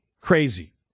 Crazy